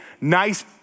nice